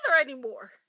anymore